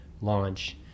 launch